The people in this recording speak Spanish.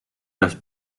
las